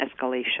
escalation